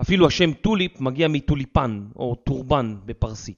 אפילו השם טוליפ מגיע מטוליפן או טורבן בפרסית.